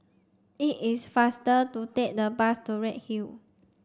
it is faster to take the bus to Redhill